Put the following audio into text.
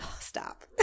stop